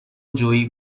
جویی